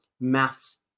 maths